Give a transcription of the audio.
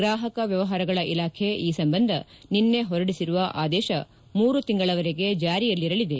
ಗ್ರಾಹಕ ವ್ಲವಹಾರಗಳ ಇಲಾಖೆ ಈ ಸಂಬಂಧ ನಿನ್ನೆ ಹೊರಡಿಸಿರುವ ಆದೇಶ ಮೂರು ತಿಂಗಳವರೆಗೆ ಜಾರಿಯಲ್ಲಿರಲಿದೆ